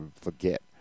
forget